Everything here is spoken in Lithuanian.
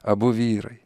abu vyrai